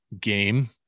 game